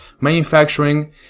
manufacturing